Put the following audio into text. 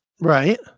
Right